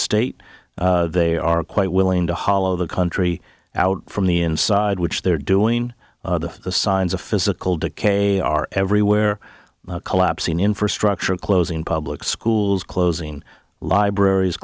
state they are quite willing to hollow the country out from the inside which they're doing the the signs of physical decay are everywhere collapsing infrastructure closing public schools closing libraries